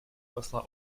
посла